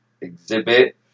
exhibit